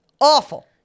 Awful